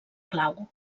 clau